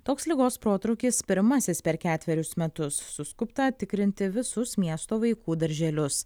toks ligos protrūkis pirmasis per ketverius metus suskubta tikrinti visus miesto vaikų darželius